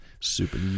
Super